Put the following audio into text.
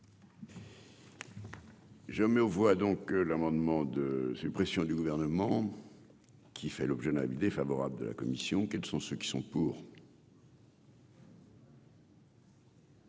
Je mets aux voix donc l'amendement de suppression du gouvernement qui fait l'objet d'un avis défavorable de la commission, quels sont ceux qui sont pour.